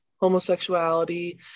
homosexuality